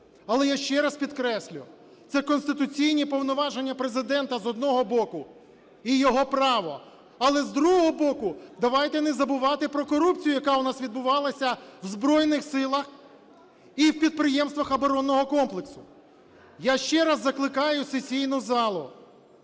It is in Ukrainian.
Але, я ще раз підкреслю, це конституційні повноваження Президента, з одного боку, і його право. Але, з другого боку, давайте не забувати про корупцію, яка в нас відбувалася у Збройних Силах і в підприємствах оборонного комплексу. Я ще раз закликаю сесійну залу